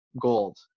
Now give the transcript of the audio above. gold